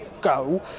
go